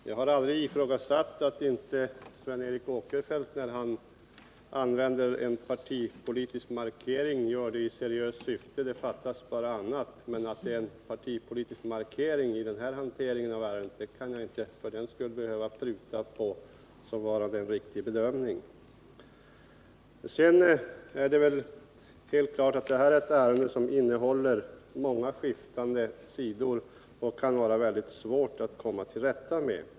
Herr talman! Jag har aldrig ifrågasatt när Sven Eric Åkerfeldt använder en partipolitisk markering, om han gör det i seriöst syfte, fattas bara annat. Men för den skull kan jag inte pruta på uppfattningen att det är en riktig bedömning, att det är en politisk markering i denna hantering av ärendet. Det är väl helt klart att detta ärende innehåller många skiftande sidor, som Nr 52 det kan vara mycket svårt att komma till rätta med.